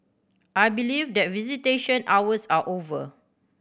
I believe that visitation hours are over